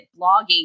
blogging